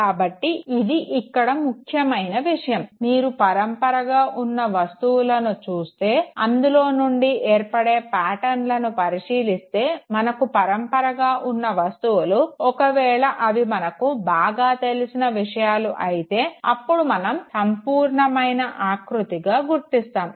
కాబట్టి ఇది ఇక్కడ ముఖ్యమైన విషయం మీరు పరంపరగా ఉన్న వస్తువులని చూస్తే అందులో నుండి ఏర్పడే పాటర్న్లను పరిశీలిస్తే మనకు పరంపరగా ఉన్న వస్తువులు ఒకవేళ అవి మనకు బాగా తెలిసిన విషయాలు అయితే అప్పుడు మనం సంపూర్ణమైన ఆకృతిగా గుర్తిస్తాము